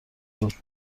بود